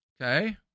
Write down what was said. Okay